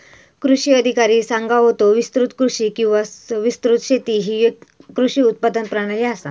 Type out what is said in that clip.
कृषी अधिकारी सांगा होतो, विस्तृत कृषी किंवा विस्तृत शेती ही येक कृषी उत्पादन प्रणाली आसा